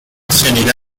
شنیده